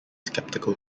skeptical